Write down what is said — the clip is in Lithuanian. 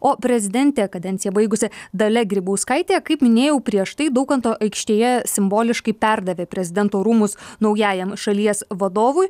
o prezidentė kadenciją baigusi dalia grybauskaitė kaip minėjau prieš tai daukanto aikštėje simboliškai perdavė prezidento rūmus naujajam šalies vadovui